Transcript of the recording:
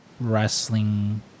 wrestling